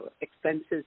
expenses